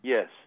Yes